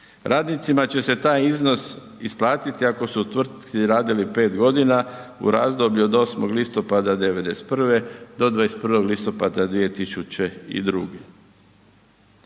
Radnicima će se taj iznos isplatiti ako su u tvrtci radili 5.g. u razdoblju od 8.10.'91. do 21. 10.2002.g.